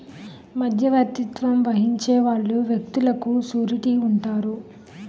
మధ్యవర్తిత్వం వహించే వాళ్ళు వ్యక్తులకు సూరిటీ ఉంటారు